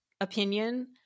opinion